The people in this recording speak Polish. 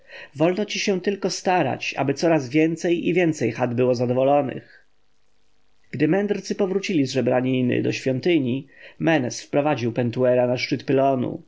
wolno ci tylko starać się aby coraz więcej i więcej chat było zadowolonych gdy mędrcy powrócili z żebraniny do świątyni menes wprowadził pentuera na szczyt pylonu